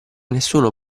nessuno